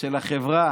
של החברה.